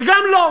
וגם לא.